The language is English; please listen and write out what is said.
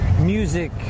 music